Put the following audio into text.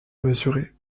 mesurée